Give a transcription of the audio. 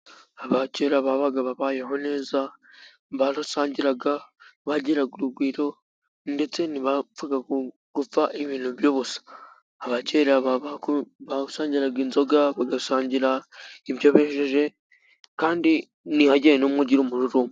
Aba kera babaga babayeho neza ,barasangiraga bagiraga urugwiro, ndetse ntibapfaga gupfa ibintu by'ubusa. Abakera basangiraga inzoga ,bagasangira ibyo bejeje kandi ntihagire n'mwe ugira umururumba.